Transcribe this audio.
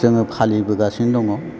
जोङो फालिबोगासिनो दङ